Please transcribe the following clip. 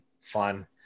fun